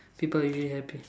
people are usually happy